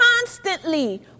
constantly